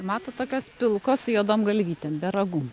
mato tokios pilkos su juodom galvytėm be ragų